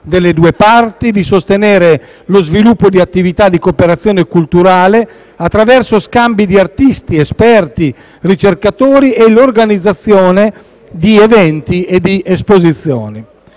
delle due parti di sostenere lo sviluppo di attività di cooperazione culturale attraverso scambi di artisti, esperti e ricercatori e l'organizzazione di eventi ed esposizioni.